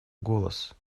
голос